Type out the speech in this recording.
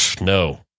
no